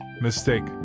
Mistake